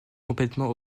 complètement